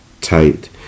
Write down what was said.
tight